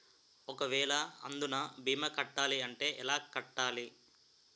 ఒక వేల అందునా భీమా కట్టాలి అంటే ఎలా కట్టాలి?